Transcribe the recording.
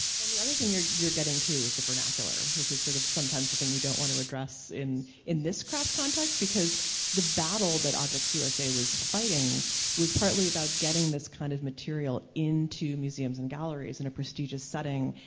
well, another thing you're you're getting to is the vernacular, which is sort of sometimes the thing we don't want to address in in this craft context, because the battle that objects usa was fighting was partly about getting this kind of material into museums and galleries in a prestigious setting,